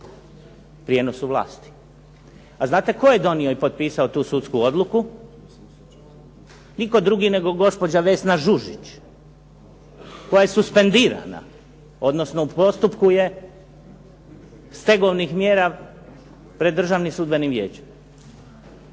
prijenosu vlasti. A znate tko je donio i potpisao tu sudsku odluku? Nitko drugi nego gospođa Vesna Žužić koja je suspendirana odnosno u postupku je stegovnih mjera pred Državnim sudbenim vijećem.